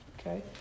okay